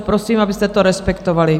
Prosím, abyste to respektovali.